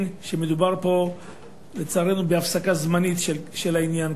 שמדובר פה בהפסקה זמנית של העניין,